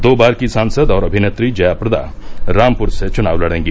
दो बार की सांसद और अभिनेत्री जयाप्रदा रामपुर से चुनाव लड़ेगी